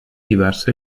diverse